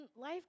life